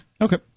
Okay